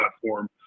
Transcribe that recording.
platform